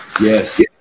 Yes